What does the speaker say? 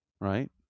right